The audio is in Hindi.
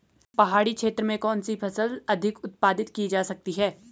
पहाड़ी क्षेत्र में कौन सी फसल अधिक उत्पादित की जा सकती है?